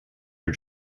are